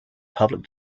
public